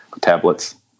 tablets